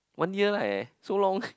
one year leh so long